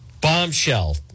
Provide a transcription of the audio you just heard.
Bombshell